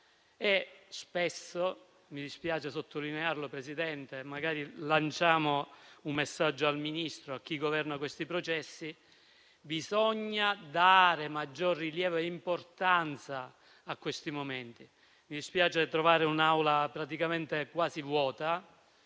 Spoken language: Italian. e spesso - mi dispiace sottolinearlo, signor Presidente, magari lanciamo un messaggio al Ministro e a chi governa questi processi - bisognerebbe dare maggior rilievo e importanza a questi momenti. Mi dispiace intervenire in un'Aula praticamente vuota,